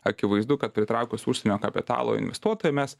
akivaizdu kad pritraukus užsienio kapitalo investuotojų mes